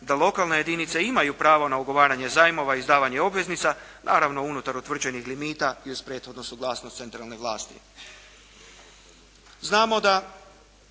da lokalne jedinice imaju pravo na ugovaranje zajmova i izdavanje obveznica, naravno unutar utvrđenih limita i uz prethodnu suglasnost centralne vlasti.